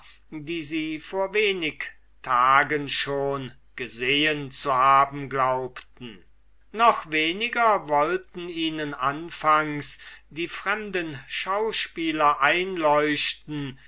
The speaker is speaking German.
die sie vor wenig tagen schon gesehen zu haben glaubten noch weniger wollten ihnen anfangs die fremden schauspieler einleuchten